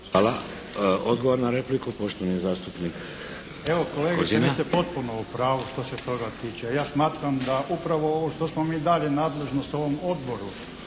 Hvala. Odgovor na repliku poštovani zastupnik Kozina. **Kozina, Stjepan (HSU)** Vi ste potpuno u pravu što se toga tiče. Ja smatram da upravo ovo što smo mi dali nadležnost ovom odboru